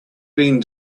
been